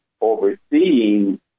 overseeing